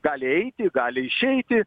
gali eiti gali išeiti